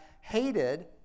hated